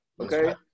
Okay